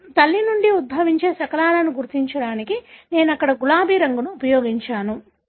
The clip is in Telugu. కాబట్టి తల్లి నుండి ఉద్భవించే శకలాలు గుర్తించడానికి నేను ఇక్కడ గులాబీ రంగును ఉపయోగించాను